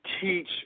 teach